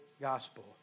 gospel